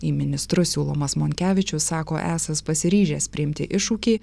į ministrus siūlomas monkevičius sako esąs pasiryžęs priimti iššūkį